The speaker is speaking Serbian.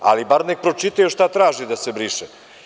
Ali, bar neka pročitaju šta traže da se briše.